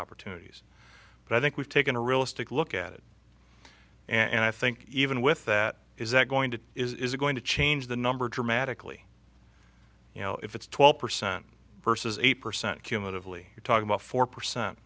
opportunities but i think we've taken a realistic look at it and i think even with that is that going to is going to change the number dramatically you know if it's twelve percent versus eight percent cumulative lee you're talking about four percent